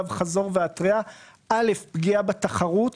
עומר סלע, איגוד לשכות המסחר,